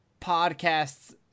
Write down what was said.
podcasts